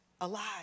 alive